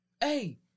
hey